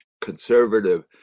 conservative